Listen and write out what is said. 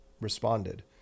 responded